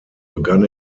begann